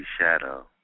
shadow